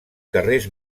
carrers